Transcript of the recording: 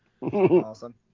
Awesome